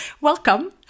Welcome